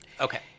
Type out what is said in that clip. Okay